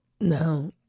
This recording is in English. no